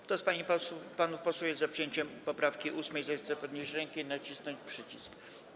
Kto z pań i panów posłów jest za przyjęciem poprawki 8., zechce podnieść rękę i nacisnąć przycisk.